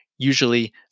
Usually